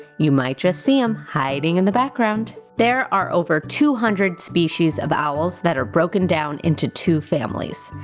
you might just see him hiding in the background. there are over two hundred species of owls that are broken down into two families.